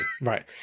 right